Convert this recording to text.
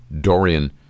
Dorian